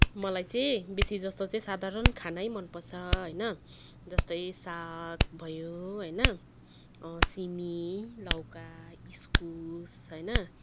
मलाई चाहिँ बेसीजस्तो चाहिँ साधारण खानै मनपर्छ होइन जस्तै साग भयो होइन सिमी लौका इस्कुस होइन